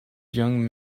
young